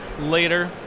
later